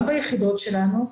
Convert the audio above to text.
גם ביחידות שלנו,